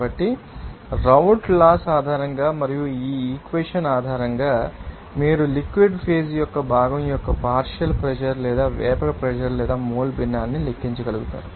కాబట్టి Raoult laws ఆధారంగా మరియు ఈ ఈక్వెషన్ ఆధారంగా మీరు లిక్విడ్ ఫేజ్ యొక్క భాగం యొక్క పార్షియల్ ప్రెషర్ లేదా వేపర్ ప్రెషర్ లేదా మోల్ భిన్నాన్ని లెక్కించగలుగుతారు